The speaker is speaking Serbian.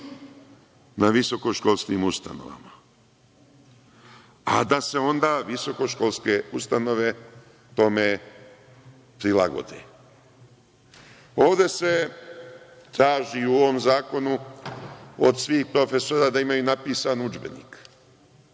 na visokoškolskim ustanovama, a da se onda visokoškolske ustanove tome prilagode. Ovde se traži, u ovom zakonu, od svih profesora da imaju napisan udžbenik,